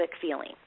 feeling